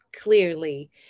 clearly